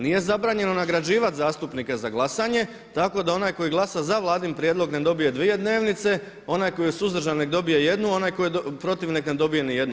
Nije zabranjeno nagrađivati zastupnike za glasanje, tako da onaj koji glasa za vladin prijedlog ne dobije dvije dnevnice, onaj koji je suzdržan nek dobije jednu, onaj koji je protiv nek ne dobije ni jednu.